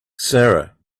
sara